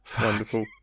Wonderful